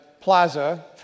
plaza